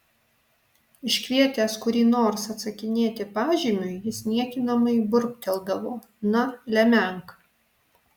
iškvietęs kurį nors atsakinėti pažymiui jis niekinamai burbteldavo na lemenk